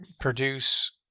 produce